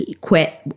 quit